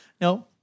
No